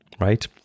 Right